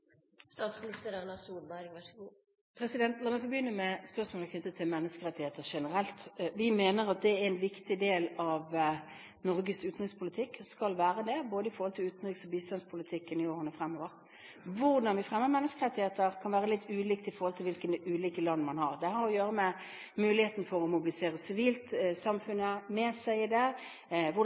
La meg få begynne med spørsmålet knyttet til menneskerettigheter generelt. Vi mener at det er en viktig del av Norges utenrikspolitikk – at det skal være det når det gjelder både utenrikspolitikken og bistandspolitikken i årene fremover. Hvordan vi fremmer menneskerettigheter, kan være litt ulikt ut fra hvilke land det er snakk om. Det har å gjøre med muligheten for å mobilisere sivilt, om man har samfunnet med seg i det,